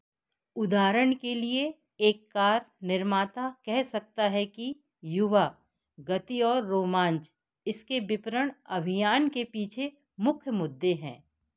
उदाहरण के लिए एक कार निर्माता कह सकता है कि युवा गति और रोमांच इसके विपणन अभियान के पीछे मुख्य मुद्दे हैं